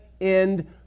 end